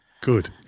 Good